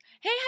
hey